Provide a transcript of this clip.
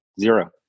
zero